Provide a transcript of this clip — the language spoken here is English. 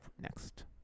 next